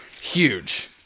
huge